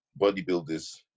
bodybuilders